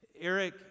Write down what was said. Eric